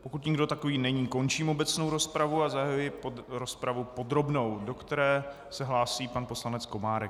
Pokud nikdo takový není, končím obecnou rozpravu a zahajuji rozpravu podrobnou, do které se hlásí pan poslanec Komárek.